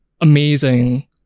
amazing